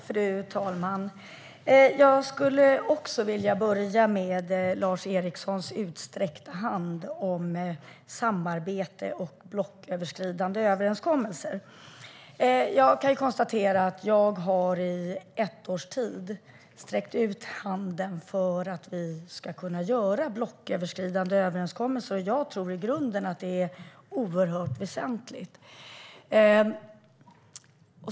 Fru talman! Jag skulle också vilja börja med Lars Erikssons utsträckta hand om samarbete och blocköverskridande överenskommelser. Jag kan konstatera att jag i ett års tid har sträckt ut handen för att vi ska kunna göra blocköverskridande överenskommelser, och jag tror i grunden att det är oerhört väsentligt.